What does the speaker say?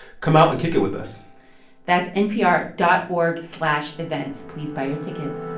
come out and kick it with us that's npr dot org slash events. please buy your tickets